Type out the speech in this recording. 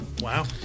Wow